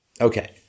Okay